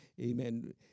amen